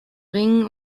ringen